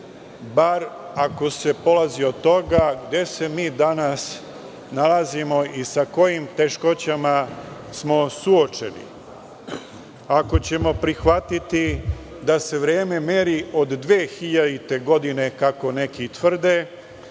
bar ako se polazi od toga gde se mi danas nalazimo i sa kojim teškoćama smo suočeni. Ako ćemo prihvatiti da se vreme meri od 2000. godine, kako neki tvrde,